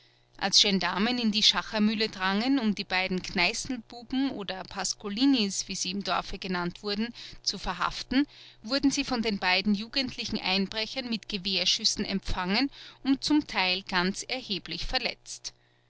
als gendarmen in die schachermühle drangen um die beiden kneißlbuben oder pascolinis wie sie im dorfe genannt wurden zu verhaften wurden sie von den beiden jugendlichen einbrechern mit gewehrschüssen empfangen und zum teil ganz erheblich verletzt